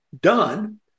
done